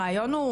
הרעיון הוא,